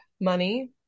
money